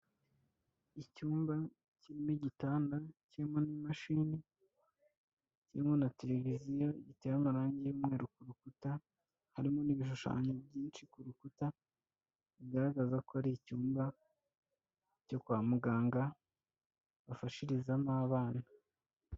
Icyumba kirimo igitanda kirimo n'imashini kirimo na televiziyo gitereye amarangi y'umweru ku rukuta harimo n'ibishushanyo byinshi ku rukuta bigaragaza ko ari icyumba cyo kwa muganga bafashirizamo abana.